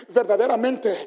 verdaderamente